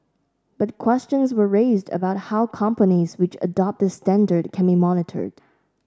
but questions were raised about how companies which adopt this standard can be monitored